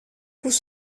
coups